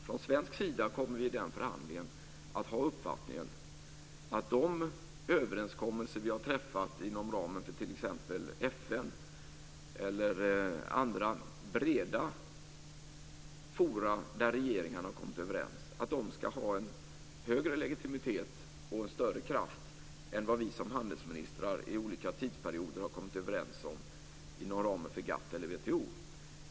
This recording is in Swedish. Från svensk sida kommer vi i den förhandlingen att ha uppfattningen att de överenskommelser vi har träffat inom ramen för t.ex. FN, eller andra breda forum där regeringar har kommit överens, ska ha en högre legitimitet och större kraft än vad vi som handelsministrar i olika tidsperioder har kommit överens om inom ramen för GATT eller WTO.